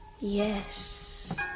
Yes